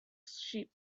sheep